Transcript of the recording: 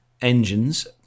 engines